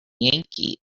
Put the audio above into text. yankee